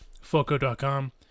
Foco.com